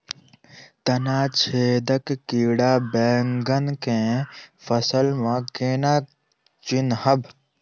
तना छेदक कीड़ा बैंगन केँ फसल म केना चिनहब?